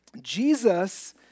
Jesus